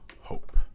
Hope